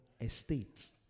estates